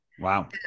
Wow